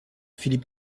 philip